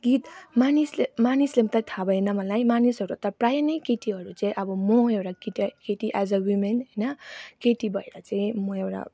गीत मानिसले मानिसले त थाह भएन मलाई मानिसहरू त प्राय नै केटीहरू चाहिँ अब म एउटा किटै केटी एज अ विमेन होइन केटी भएर चाहिँ म एउटा